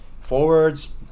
forwards